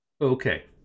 Okay